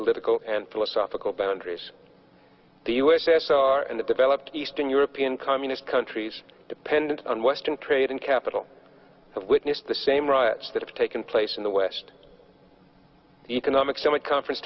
political and philosophical boundaries the u s s r and the developed eastern european communist countries dependent on western trade and capital have witnessed the same riots that have taken place in the west economic summit conference